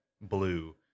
blue